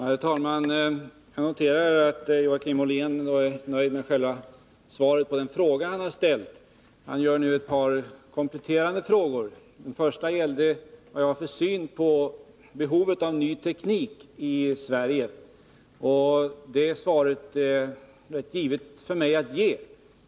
Herr talman! Jag noterar att Joakim Ollén är nöjd med svaret på själva den fråga han har ställt. Joakim Ollén framför nu ett par kompletterande frågor. Den första gällde min syn på behovet av ny teknik i Sverige, och svaret på den frågan är för mig helt givet.